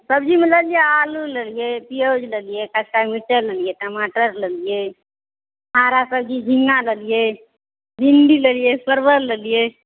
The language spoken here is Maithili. सब्जीमे लेलियै आलु लेलियै प्याज लेलियै हराका मिरचाइ लेलियै टामटर लेलियै हरा सब्जी झिगा लेलियै भिण्डी लेलियै परवल लेलियै